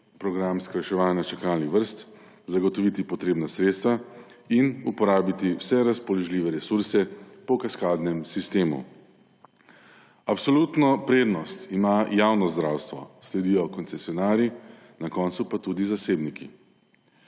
program skrajševanja čakalni vrst, zagotoviti bo treba potrebna sredstva in uporabiti vse razpoložljive resurse po kaskadnem sistemu. Absolutno prednost ima javno zdravstvo, sledijo koncesionarji, na koncu pa tudi zasebniki.